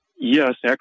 Yes